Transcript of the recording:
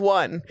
one